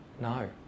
no